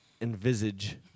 Envisage